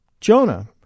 Jonah